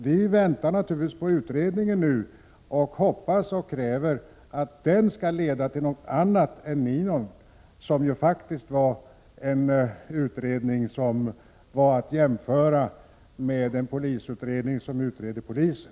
Vi väntar naturligtvis på utredningen och hoppas och kräver att den skall leda till något annat än NIOM:s undersökning, som faktiskt var att jämföra med en polisutredning som utreder polisen.